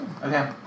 Okay